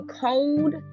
cold